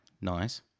nice